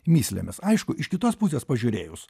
mįslėmis aišku iš kitos pusės pažiūrėjus